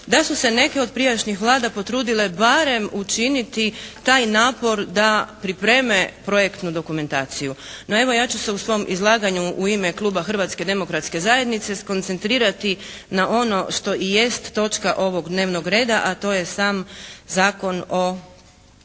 da su se neke od prijašnjih Vlada potrudile barem učiniti taj napor da pripreme projektnu dokumentaciju. No, evo ja ću se u svom izlaganju u ime kluba Hrvatske demokratske zajednice skoncentrirati na ono što i jest točka ovog dnevnog reda a to je sam zakon o,